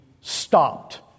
stopped